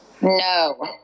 No